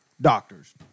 Doctors